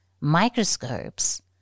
microscopes